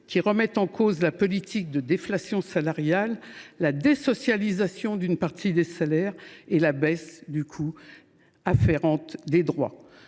qui remettent en cause la politique de déflation salariale, la désocialisation d’une partie des salaires et la baisse des droits afférents.